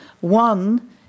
One